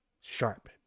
sharp